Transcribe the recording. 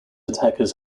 attackers